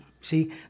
See